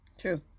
True